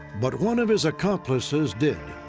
but one of his accomplices did.